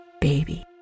baby